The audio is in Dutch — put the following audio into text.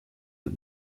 het